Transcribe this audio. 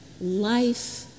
Life